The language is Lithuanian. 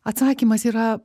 atsakymas yra